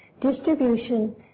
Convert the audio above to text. Distribution